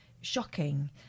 shocking